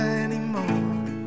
anymore